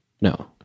no